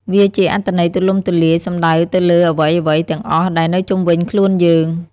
វាជាអត្ថន័យទូលំទូលាយ សំដៅទៅលើ អ្វីៗទាំងអស់ដែលនៅជុំវិញខ្លួនយើង។